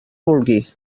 vulgui